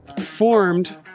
formed